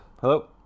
Hello